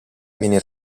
viene